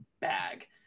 bag